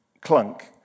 clunk